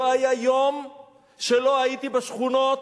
לא היה יום שלא הייתי בשכונות,